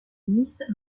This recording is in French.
miss